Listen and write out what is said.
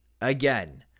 Again